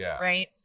right